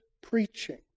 preaching